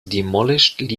demolished